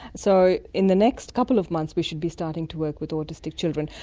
so in the next couple of months we should be starting to work with autistic children.